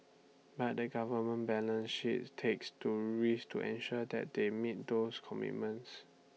but the government balance sheet takes to risk to ensure that they meet those commitments